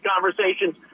conversations